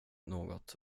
något